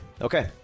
okay